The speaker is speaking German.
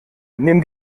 nimm